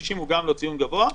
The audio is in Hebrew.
ו-60 הוא גם לא ציון גבוה.